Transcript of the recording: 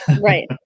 Right